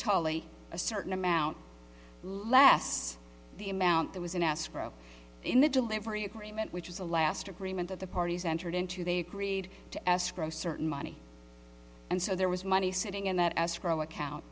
tully a certain amount less the amount that was in escrow in the delivery agreement which is the last agreement that the parties entered into they agreed to escrow certain money and so there was money sitting in that escrow account